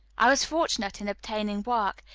i was fortunate in obtaining work,